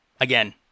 again